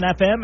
FM